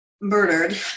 murdered